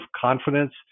confidence